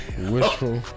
wishful